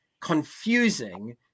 confusing